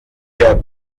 der